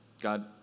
God